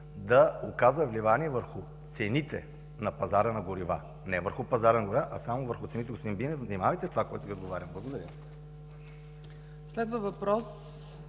да оказва влияние върху цените на пазара на горива. Не върху пазара на горива, а само върху цените, господин Бинев. Внимавайте в това, което Ви отговарям! Благодаря. ПРЕДСЕДАТЕЛ